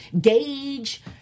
gauge